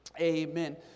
Amen